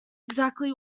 exactly